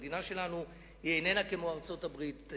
המדינה שלנו היא לא כמו ארצות-הברית.